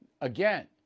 again